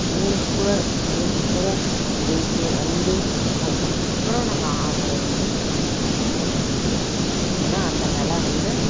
மூணு ஸ்கூலை மூணு ஸ்கூலில் ஜெயித்து வந்து அதுக்கப்புறம் நாங்கள் ஆடினது வந்து எனக்கு ரொம்ப சந்தோஷமா இருக்குது ஏன்னால் அந்த நிலம் வந்து